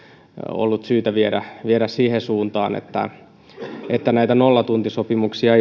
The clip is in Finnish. ollut syytä viedä viedä siihen suuntaan että että näitä nollatuntisopimuksia